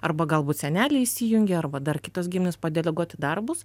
arba galbūt seneliai įsijungia arba dar kitos giminės padelaguoti darbus